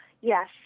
Yes